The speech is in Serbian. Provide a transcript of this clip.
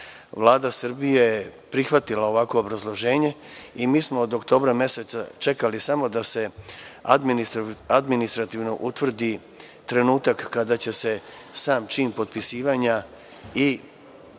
Srbije je prihvatila ovakvo obrazloženje i mi smo od oktobra meseca čekali samo da se administrativno utvrdi trenutak kada će se sam čin potpisivanja i